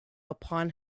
upon